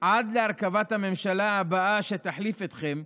עד להרכבת הממשלה הבאה שתחליף אתכם,